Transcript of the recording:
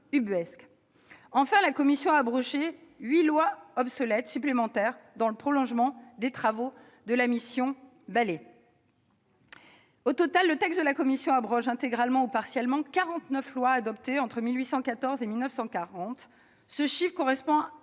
Enfin, la commission a abrogé huit lois obsolètes supplémentaires dans le prolongement des travaux de la mission Balai. Au total, le texte de la commission abroge intégralement ou partiellement 49 lois adoptées entre 1819 et 1940. Ce chiffre correspond